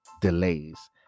delays